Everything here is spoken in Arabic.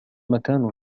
مكان